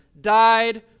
died